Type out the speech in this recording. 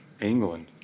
England